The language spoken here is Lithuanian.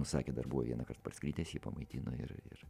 nu sakė dar buvo vienąkart parskridęs jį pamaitino ir ir